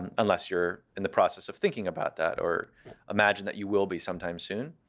and unless you're in the process of thinking about that or imagine that you will be sometime soon.